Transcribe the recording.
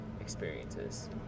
experiences